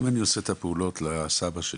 אם אני עושה את הפעולות לסבא שלי,